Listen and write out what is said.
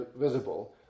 visible